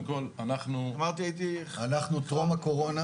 טרום הקורונה